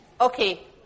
Okay